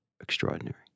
extraordinary